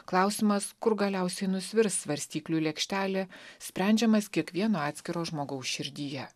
klausimas kur galiausiai nusvirs svarstyklių lėkštelė sprendžiamas kiekvieno atskiro žmogaus širdyje